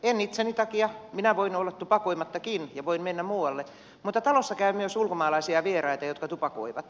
en itseni takia minä voin olla tupakoimattakin ja voin mennä muualle mutta talossa käy myös ulkomaalaisia vieraita jotka tupakoivat